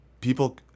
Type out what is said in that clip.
people